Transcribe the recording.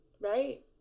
right